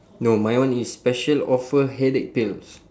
no mine one is special offer headache pills